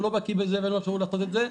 לא בקי בזה ואין לו אפשרות לעשות את זה,